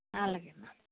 అలాగేనమ్మా